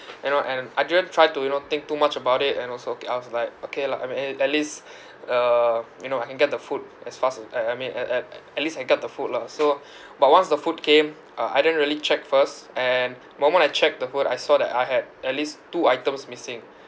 you know and I didn't try to you know think too much about it and also kay I was like okay lah I mean a~ a~ at least uh you know I can get the food as fast uh I I mean at at at least I got the food lah so but once the food came uh I didn't really check first and the moment I checked the food I saw that I had at least two items missing